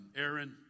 Aaron